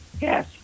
Yes